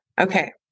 Okay